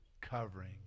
covering